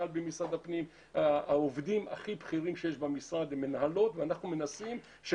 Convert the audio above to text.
כל האקשן העירוני ואנחנו מדברים על רדיוסים שיהיו